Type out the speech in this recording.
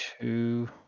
two